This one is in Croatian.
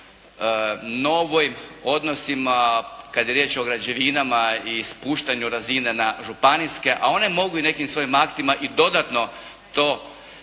o novoj, odnosima kada je riječ o građevinama i spuštanju razina na županijske, a one mogu i nekim svojim aktima i dodatno to staviti